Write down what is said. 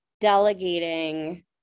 delegating